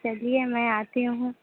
चलिए मैं आती हूँ